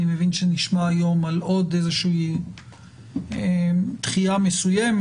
אני מבין שנשמע היום על עוד איזה שהיא דחייה מסוימת,